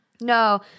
No